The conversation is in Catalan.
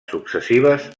successives